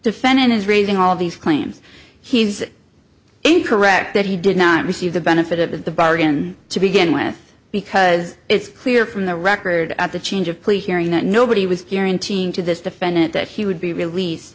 defendant is raising all these claims he's incorrect that he did not receive the benefit of the bargain to begin with because it's clear from the record at the change of plea hearing that nobody was guaranteeing to this defendant that he would be released